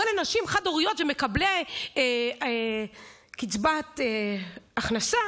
לנשים חד-הוריות ולמקבלי קצבת הכנסה